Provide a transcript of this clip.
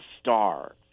STAR